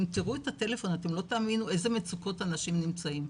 אם תראו את הטלפון אתם לא תאמינו באיזה מצוקות אנשים נמצאים.